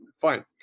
Fine